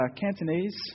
Cantonese